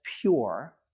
pure